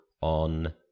on